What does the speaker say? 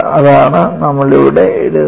അതാണ് നമ്മൾ ഇവിടെ എഴുതുന്നത്